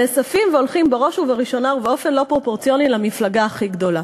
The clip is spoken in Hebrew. נאספים והולכים בראש ובראשונה ובאופן לא פרופורציוני למפלגה הכי גדולה.